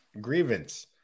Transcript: grievance